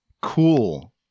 Cool